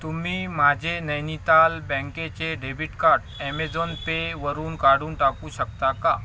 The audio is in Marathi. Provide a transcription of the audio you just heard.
तुम्ही माझे नैनिताल बँकेचे डेबिट कार्ड ॲमेजोन पेवरून काढून टाकू शकता का